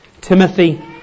Timothy